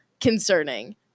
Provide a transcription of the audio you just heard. concerning